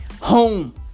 home